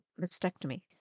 mastectomy